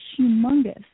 humongous